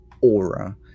aura